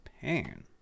Pain